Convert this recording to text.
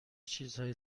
چیزهایی